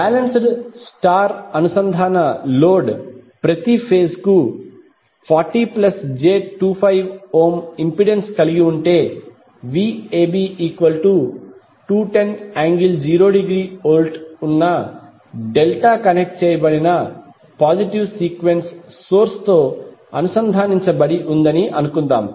balanced star అనుసంధాన load ప్రతి phase కు 40j25 ఇంపెడెన్స్ కలిగి ఉంటే Vab 210∠0 ° V కలిగి ఉన్న డెల్టా కనెక్ట్ చేయబడిన పాజిటివ్ సీక్వెన్స్ సోర్స్ తో అనుసంధానించబడి ఉందని అనుకుందాం